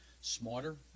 smarter